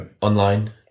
online